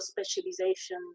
specialization